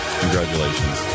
congratulations